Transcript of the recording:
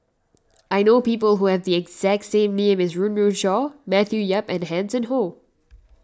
I know people who have the exact say as Run Run Shaw Matthew Yap and Hanson Ho